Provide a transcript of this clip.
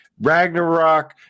Ragnarok